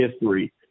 history